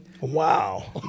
Wow